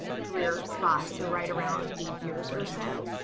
career spot. so right around eight years or so.